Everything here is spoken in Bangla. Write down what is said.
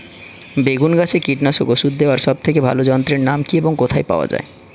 বেগুন গাছে কীটনাশক ওষুধ দেওয়ার সব থেকে ভালো যন্ত্রের নাম কি এবং কোথায় পাওয়া যায়?